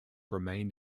remained